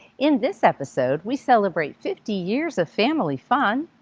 in this episode, we celebrate fifty years of family fun,